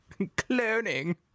Cloning